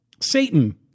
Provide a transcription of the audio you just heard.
Satan